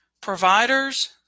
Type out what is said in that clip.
Providers